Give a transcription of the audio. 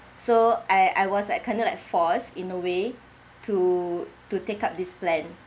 so I I was like kind of like force in a way to to take up this plan